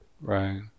Right